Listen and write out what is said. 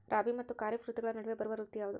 ರಾಬಿ ಮತ್ತು ಖಾರೇಫ್ ಋತುಗಳ ನಡುವೆ ಬರುವ ಋತು ಯಾವುದು?